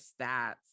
stats